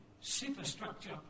superstructure